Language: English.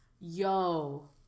Yo